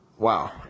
wow